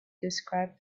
described